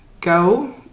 go